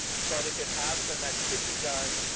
but if it has, then that could be done.